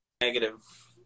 negative